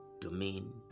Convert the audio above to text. domain